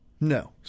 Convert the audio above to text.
No